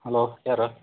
hello ಯಾರು